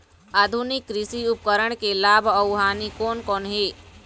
आधुनिक कृषि उपकरण के लाभ अऊ हानि कोन कोन हे?